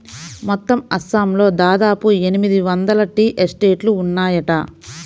మొత్తం అస్సాంలో దాదాపు ఎనిమిది వందల టీ ఎస్టేట్లు ఉన్నాయట